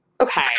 Okay